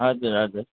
हजुर हजुर